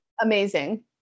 Amazing